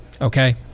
okay